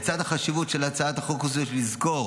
לצד החשיבות של הצעת החוק הזו יש לזכור